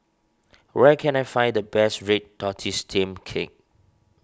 where can I find the best Red Tortoise Steamed Cake